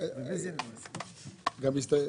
הצבעה לא אושר.